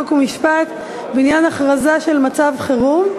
חוק ומשפט בעניין הכרזה על מצב חירום.